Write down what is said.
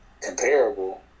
comparable